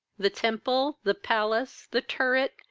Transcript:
the temple, the palace, the turret,